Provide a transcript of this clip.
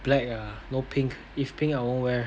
black ah no pink if pink I won't wear